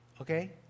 Okay